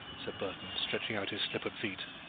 said burton, stretching out his slippered feet,